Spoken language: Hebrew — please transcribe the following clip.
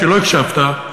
כשלא הקשבת,